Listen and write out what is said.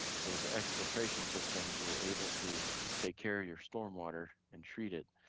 so with the exfiltration systems, you're able to take care of your stormwater and treat it